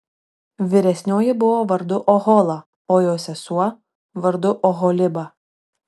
vyresnioji buvo vardu ohola o jos sesuo vardu oholiba